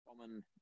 common